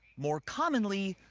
more commonly,